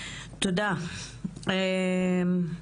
תודה לך אפרת.